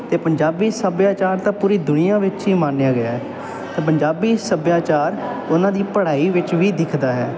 ਅਤੇ ਪੰਜਾਬੀ ਸੱਭਿਆਚਾਰ ਤਾਂ ਪੂਰੀ ਦੁਨੀਆਂ ਵਿੱਚ ਹੀ ਮੰਨਿਆ ਗਿਆ ਤਾਂ ਪੰਜਾਬੀ ਸੱਭਿਆਚਾਰ ਉਹਨਾਂ ਦੀ ਪੜ੍ਹਾਈ ਵਿੱਚ ਵੀ ਦਿਖਦਾ ਹੈ